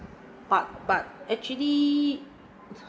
but but actually